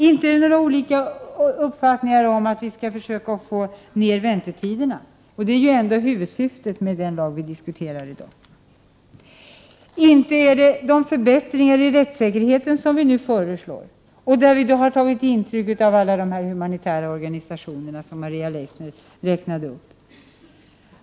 Inte har vi olika uppfattningar om att vi skall försöka få ned väntetiderna! Det är ju ändå huvudsyftet med den lag som vi diskuterar i dag. Inte är vi oense om de förbättringar i rättssäkerheten som vi nu föreslår och där vi har tagit intryck av alla de humanitära organisationer som Maria Leissner räknade upp.